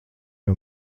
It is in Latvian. jau